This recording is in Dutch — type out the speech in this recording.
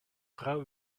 vrouw